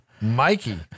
mikey